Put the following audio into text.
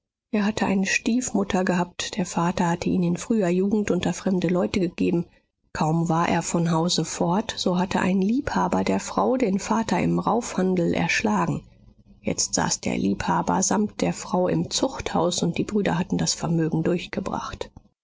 er hatte eine stiefmutter gehabt der vater hatte ihn in früher jugend unter fremde leute gegeben kaum war er von hause fort so hatte ein liebhaber der frau den vater im raufhandel erschlagen jetzt saß der liebhaber samt der frau im zuchthaus und die brüder hatten das vermögen durchgebracht